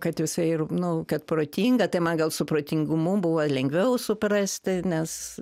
kad visai ir nu kad protinga tai man gal su protingumu buvo lengviau suprasti nes